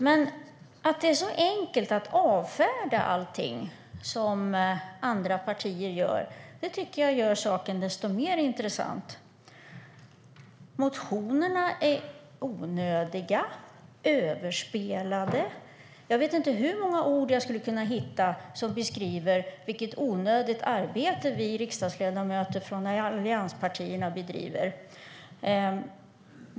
Men att det är så enkelt att avfärda allting som andra partier gör tycker jag gör saken desto mer intressant. Ingemar Nilsson säger att motionerna är onödiga och överspelade - jag vet inte hur många ord jag skulle kunna hitta som beskriver vilket onödigt arbete vi riksdagsledamöter från allianspartierna bedriver.